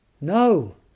No